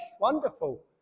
Wonderful